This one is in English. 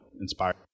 inspired